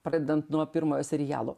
pradedant nuo pirmojo serialo